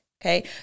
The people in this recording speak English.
Okay